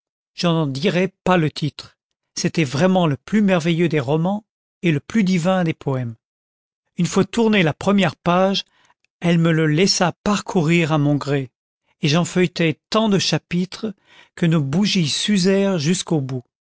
n'en dirai pas le titre c'était vraiment le plus merveilleux des romans et le plus divin des poèmes une fois tournée la première page elle me le laissa parcourir à mon gré et j'en feuilletai tant de chapitres que nos bougies s'usèrent jusqu'au bout